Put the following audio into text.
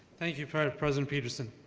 thank you, kind of president peterson.